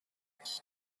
doedd